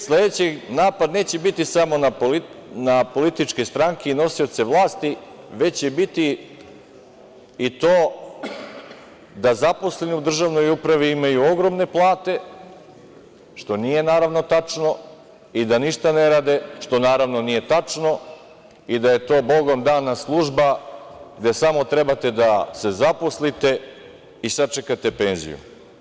Sledeći napad neće biti samo na političke stranke i nosioce vlasti, već će biti i to da zaposleni u državnoj upravi imaju ogromne plate, što nije naravno tačno i da ništa ne rade, što, naravno, nije tačno, i da je to bogom dana služba gde samo trebate da se zaposlite i sačekate penziju.